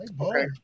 okay